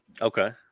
Okay